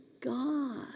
God